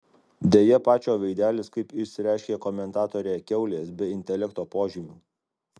deja pačio veidelis kaip išsireiškė komentatorė kiaulės be intelekto požymių